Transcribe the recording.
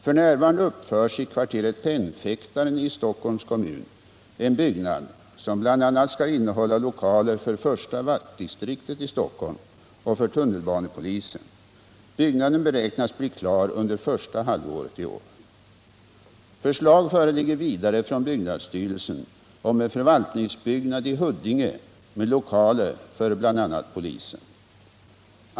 F. n. uppförs i kvarteret Pennfäktaren i Stockholms kommun en byggnad som bl.a. skall innehålla lokaler för första vaktdistriktet i Stockholm och för tunnelbanepolisen. Byggnaden beräknas bli klar under första halvåret i år. Förslag föreligger vidare från byggnadsstyrelsen om en förvaltningsbyggnad i Huddinge med lokaler för bl.a. polisen.